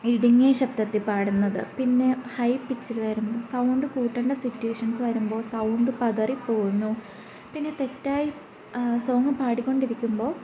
ഇടുങ്ങിയ ശബ്ദത്തിൽ പാടുന്നത് പിന്നെ ഹൈപിച്ചിൽ വരും സൗണ്ട് കൂട്ടേണ്ട സിറ്റുവേഷൻസ് വരുമ്പോൾ സൗണ്ട് പതറിപ്പോവുന്നു പിന്നെ തെറ്റായി സോങ്ങ് പാടിക്കൊണ്ടിരിക്കുമ്പോൾ